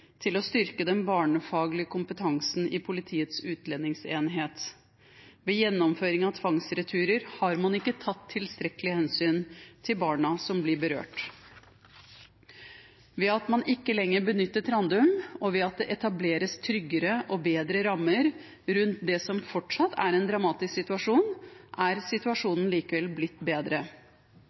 til å styrke den barnefaglige kompetansen i Politiets utlendingsenhet. Ved gjennomføring av tvangsreturer har man ikke tatt tilstrekkelig hensyn til barna som blir berørt. Ved at man ikke lenger benytter Trandum, og ved at det etableres tryggere og bedre rammer rundt det som fortsatt er en dramatisk situasjon, er situasjonen likevel blitt bedre.